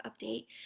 update